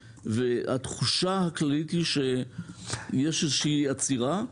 והתחושה הכללית היא שיש איזו שהיא עצירה.